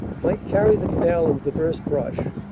might carry the canal in the first rush,